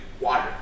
water